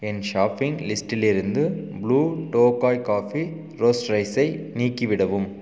என் shopping லிஸ்டிலிருந்து Blue Tokai coffee ரோஸ்ட்ரைஸை நீக்கிவிடவும்